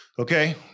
Okay